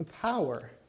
power